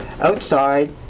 Outside